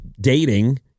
dating